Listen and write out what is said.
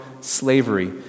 slavery